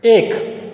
एक